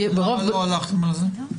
למה לא הלכתם על זה?